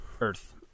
earth